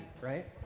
right